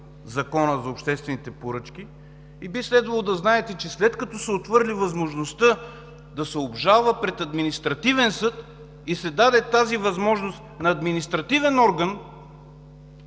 Закона за обществените поръчки и би следвало да знаете, че след като се отхвърли възможността да се обжалва пред административен съд и се даде тази възможност на административен орган,